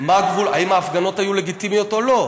האם ההפגנות היו לגיטימיות או לא.